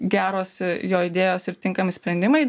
geros jo idėjos ir tinkami sprendimai